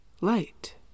light